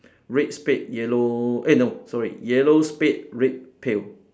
red spade yellow eh no sorry yellow spade red pail